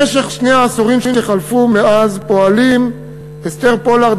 במשך שני העשורים שחלפו מאז פועלים אסתר פולארד,